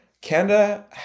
Canada